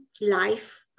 life